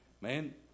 Man